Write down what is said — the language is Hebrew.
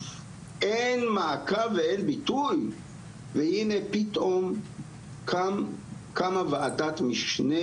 אין מעקב ואין ביטוי והנה פתאום קמה וועדת משנה